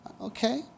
Okay